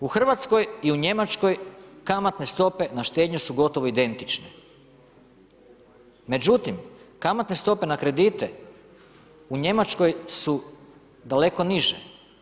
U Hrvatskoj i u Njemačkoj kamatne stope na štednju su gotovo identične, međutim kamatne stope na kredite u Njemačkoj su daleko niže.